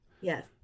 Yes